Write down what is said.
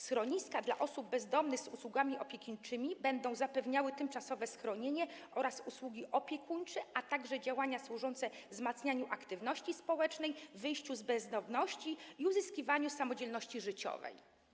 Schroniska dla osób bezdomnych z usługami opiekuńczymi będą zapewniały tymczasowe schronienie oraz usługi opiekuńcze, a także prowadziły działania służące wzmacnianiu aktywności społecznej, wyjściu z bezdomności i uzyskiwaniu samodzielności życiowej.